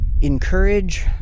encourage